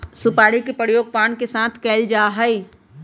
सुपारी के प्रयोग पान के साथ कइल जा हई